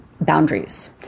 boundaries